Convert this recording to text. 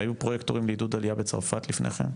היו פרויקטורים לעידוד עלייה בצרפת לפני כן?